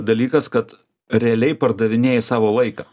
dalykas kad realiai pardavinėji savo laiką